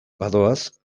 badoaz